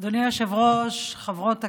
אדוני היושב-ראש, חברות הכנסת,